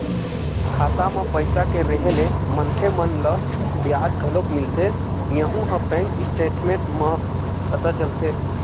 खाता म पइसा के रेहे ले मनखे मन ल बियाज घलोक मिलथे यहूँ ह बैंक स्टेटमेंट म पता चलथे